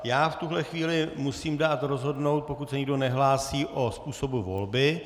V tuhle chvíli musím dát rozhodnout, pokud se nikdo nehlásí, o způsobu volby.